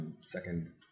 second